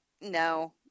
no